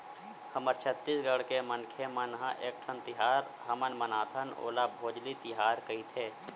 हमर छत्तीसगढ़ के मनखे मन ह एकठन तिहार हमन मनाथन ओला भोजली तिहार कइथे